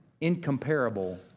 incomparable